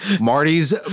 Marty's